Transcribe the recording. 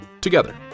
together